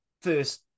first